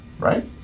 right